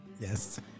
Yes